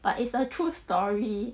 but it's a true story